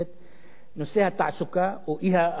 נושא התעסוקה, או אי-העסקה,